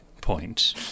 point